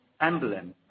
emblem